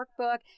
workbook